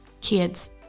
Kids